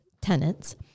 tenants